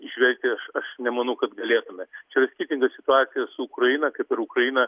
įžvelgti aš aš nemanau kad galėtume čia yra skirtinga situacija su ukraina kaip ir ukraina